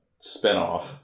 spinoff